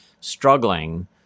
struggling